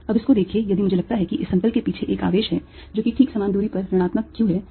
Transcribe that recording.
अब इसको देखिए यदि मुझे लगता है कि इस समतल के पीछे एक आवेश है जो कि ठीक समान दूरी पर ऋणात्मक q है